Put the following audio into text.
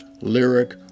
lyric